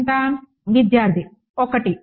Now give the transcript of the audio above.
విద్యార్థి 1